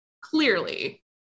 clearly